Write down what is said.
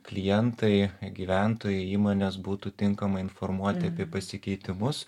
klientai gyventojai įmonės būtų tinkamai informuoti apie pasikeitimus